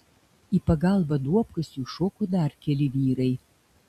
į pagalbą duobkasiui šoko dar keli vyrai